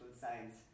science